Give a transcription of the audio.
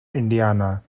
indiana